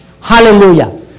hallelujah